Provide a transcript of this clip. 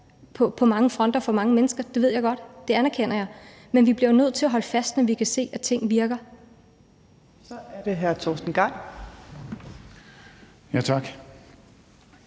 på mange fronter for mange mennesker – det ved jeg godt, det anerkender jeg. Men vi bliver jo nødt til at holde fast, når vi kan se, at ting virker. Kl. 17:57 Fjerde næstformand